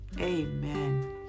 amen